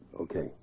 Okay